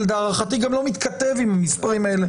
זה להערכתי גם לא מתכתב עם המספרים האלה